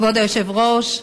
כבוד היושב-ראש,